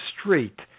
street